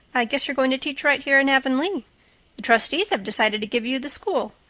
i guess you're going to teach right here in avonlea. the trustees have decided to give you the school.